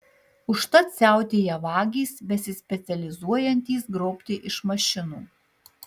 užtat siautėja vagys besispecializuojantys grobti iš mašinų